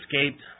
escaped